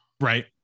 right